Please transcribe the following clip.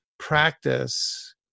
practice